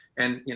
and you know,